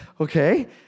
Okay